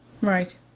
Right